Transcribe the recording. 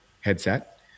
headset